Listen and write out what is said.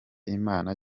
imana